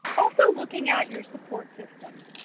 also looking at your support system.